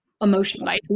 emotional